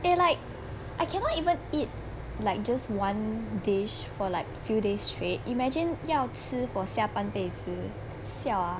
eh like I cannot even eat like just one dish for like few days straight imagine 要吃 for 下半辈子 siao ah